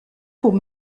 pour